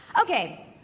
Okay